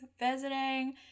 visiting